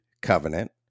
covenant